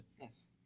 yes